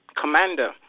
commander